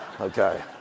Okay